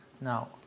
Now